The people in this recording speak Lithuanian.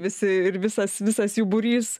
visi ir visas visas jų būrys